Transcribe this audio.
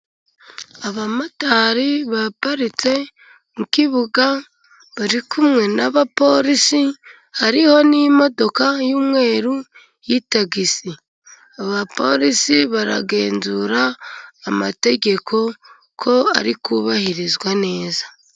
Abamotari baparitse mu kibuga bari kumwe n'abapolisi. Hariho n'imodoka y'umweru ya tagisi. Abapolisi baragenzura amategeko ko ari kubabahirizwa neza.